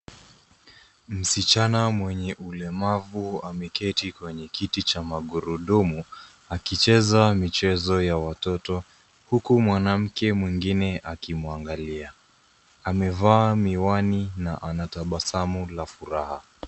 Msichana mwenye ulemavu ameketi kwenye kiti cha magurudumu akicheza michezo ya watoto, huku mwanamke mwingine akimwangalia. Amevaa miwani na anatabasamu la furaha.